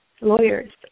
lawyers